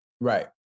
right